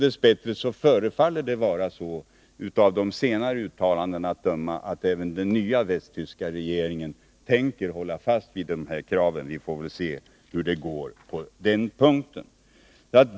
Dess bättre förefaller det också vara så, att döma av uttalanden på senare tid från den nya västtyska regeringen, att den tänker hålla fast vid den föregående regeringens krav. Vi får väl se hur det går på den punkten.